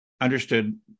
understood